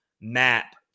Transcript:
map